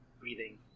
breathing